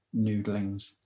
noodlings